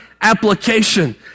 application